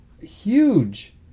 huge